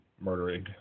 murdering